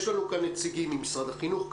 יש לנו כאן נציגים ממשרד החינוך,